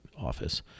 office